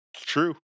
true